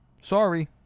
Sorry